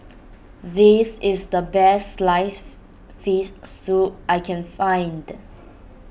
this is the Best Sliced Fish Soup I can find